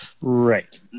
Right